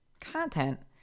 content